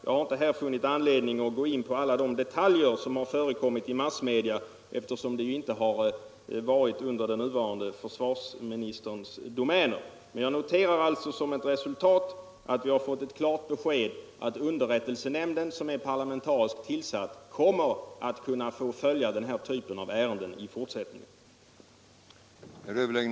Jag har inte funnit anledning att gå in på alla de detaljer som har förekommit i massmedia, eftersom den här affären inte skett under den nuvarande försvarsministerns domvärjo. Jag noterar emellertid som ett resultat att vi har fått klart besked, att underrättelsenämnden, som är parlamentariskt tillsatt. kommer att kunna få följa den här typen av ärenden i fortsättningen.